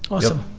awesome.